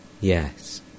yes